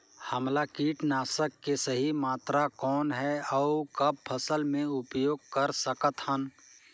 हमला कीटनाशक के सही मात्रा कौन हे अउ कब फसल मे उपयोग कर सकत हन?